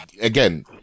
again